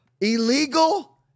illegal